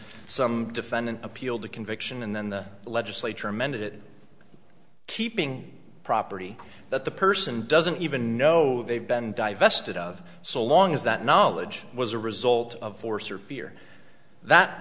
some defendant appealed the conviction and then the legislature amend it keeping property that the person doesn't even know they've been divested of so long as that knowledge was a result of force or fear that